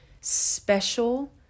special